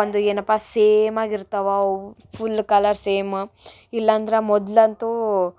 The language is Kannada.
ಒಂದು ಏನಪ್ಪ ಸೇಮ್ ಆಗಿರ್ತವೆ ಅವು ಫುಲ್ ಕಲರ್ ಸೇಮ ಇಲ್ಲಂದ್ರೆ ಮೊದಲಂತೂ